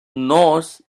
nose